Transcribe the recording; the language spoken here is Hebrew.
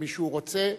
אם מישהו רוצה,